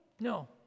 No